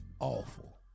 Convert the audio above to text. awful